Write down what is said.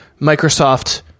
Microsoft